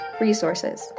resources